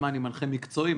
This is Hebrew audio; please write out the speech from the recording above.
אני מנחה מקצועי.